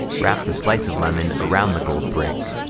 wrap the slice of lemon around the gold brick,